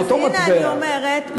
אז הנה אני אומרת,